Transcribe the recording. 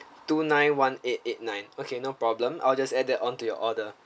two nine one eight eight nine okay no problem I'll just add that on to your order